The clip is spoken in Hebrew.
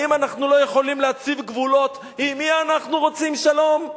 האם אנחנו לא יכולים להציב גבולות עם מי אנחנו רוצים שלום?